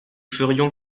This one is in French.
ferions